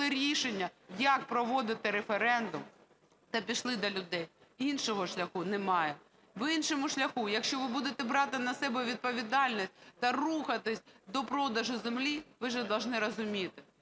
рішення, як проводити референдум, та пішли до людей. Іншого шляху немає. В іншому шляху, якщо ви будете брати на себе відповідальність та рухатись до продажу землі, ви должны розуміти,